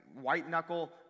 white-knuckle